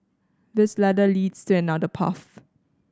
this ladder leads to another path